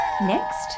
Next